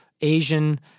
Asian